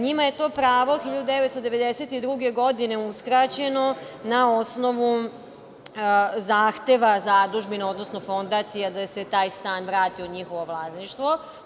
NJima je to pravo 1992. godine uskraćeno na osnovu zahteva zadužbine, odnosno fondacija da se taj stan vrati u njihovo vlasništvo.